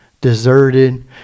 deserted